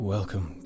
Welcome